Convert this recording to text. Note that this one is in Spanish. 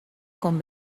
con